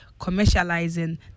commercializing